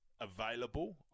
available